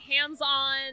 hands-on